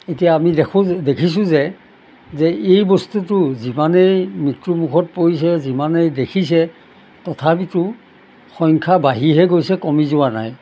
এতিয়া আমি দেখোঁ দেখিছোঁ যে যে এই বস্তুটো যিমানেই মৃত্যুমুখত পৰিছে যিমানেই দেখিছে তথাপিতো সংখ্যা বাঢ়িহে গৈছে কমি যোৱা নাই